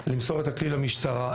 למשטרה.